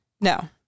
No